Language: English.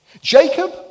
Jacob